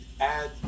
add